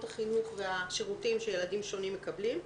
החינוך והשירותים שילדים שונים מקבלים.